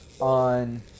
on